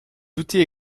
outils